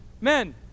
men